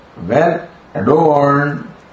well-adorned